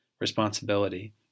Responsibility